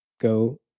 go